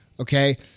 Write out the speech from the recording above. okay